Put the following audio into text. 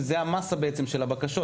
זה המסה בעצם של הבקשות,